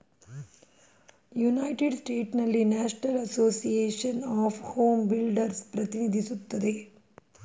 united ಸ್ಟೇಟ್ಸ್ನಲ್ಲಿ National Association of Home Builders ಪ್ರತಿನಿಧಿಸುತ್ತದೆ